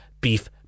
beef